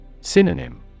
Synonym